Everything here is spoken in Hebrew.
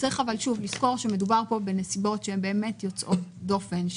צריך לזכור שמדובר פה בנסיבות שהן באמת יוצאות דופן,